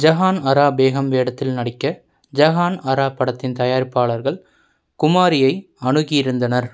ஜஹான் அரா பேகம் வேடத்தில் நடிக்க ஜஹான் அரா படத்தின் தயாரிப்பாளர்கள் குமாரியை அணுகியிருந்தனர்